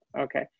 okay